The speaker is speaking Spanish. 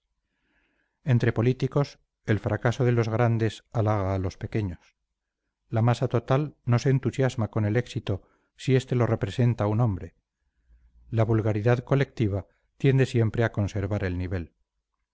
entre políticos el fracaso de los grandes halaga a los pequeños la masa total no se entusiasma con el éxito si este lo representa un hombre la vulgaridad colectiva tiende siempre a conservar el nivel